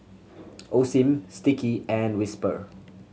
Osim Sticky and Whisper